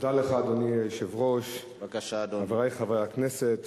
אדוני היושב-ראש, תודה לך, חברי חברי הכנסת